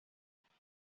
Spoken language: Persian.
دوستتم